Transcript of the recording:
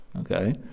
Okay